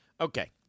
Okay